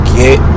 get